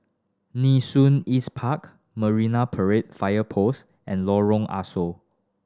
Nee Soon East Park Marine Parade Fire Post and Lorong Ah Soo